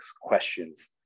questions